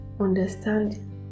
Understand